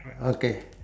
okay